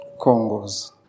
Congos